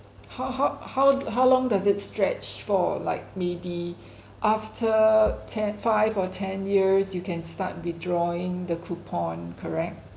how how how how long does it stretch for like maybe after ten five or ten years you can start withdrawing the coupon correct